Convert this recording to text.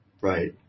Right